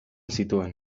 zituen